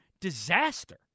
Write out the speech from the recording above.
disaster